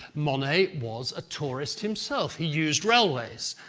monet was a tourist himself, he used railways.